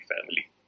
family